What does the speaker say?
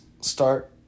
start